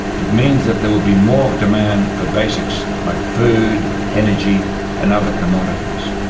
it means that there will be more demand for basics like food, energy and other commodities.